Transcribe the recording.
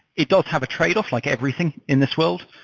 it does have a tradeoff like everything in this world,